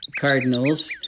cardinals